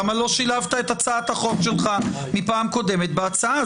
למה לא שילבת את הצעת החוק שלך מהפעם הקודמת בהצעה?